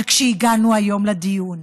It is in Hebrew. אבל הגענו היום לדיון,